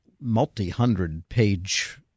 multi-hundred-page